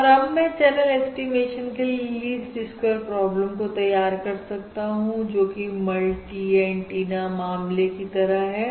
और अब मैं चैनल ऐस्टीमेशन के लिए लीस्ट स्क्वेयर प्रॉब्लम को तैयार कर सकता हूं जोकि मल्टी टीना मामले की तरह ही है